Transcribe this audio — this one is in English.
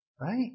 right